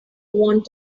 want